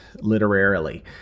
literarily